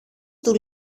του